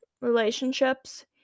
relationships